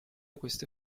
queste